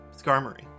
Skarmory